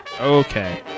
Okay